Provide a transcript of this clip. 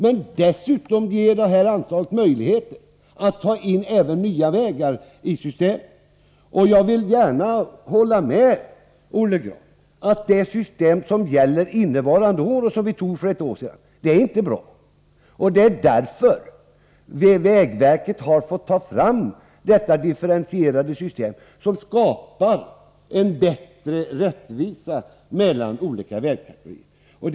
Men dessutom är det med det här anslaget möjligt att ta med även nya vägar i systemet. Jag kan gärna hålla med Olle Grahn om att det system som gäller innevarande år och som vi fattade beslut om för ett år sedan inte är bra. Det är därför som vägverket har fått ta fram detta differentierade system, som skapar bättre rättvisa mellan olika vägkategorier.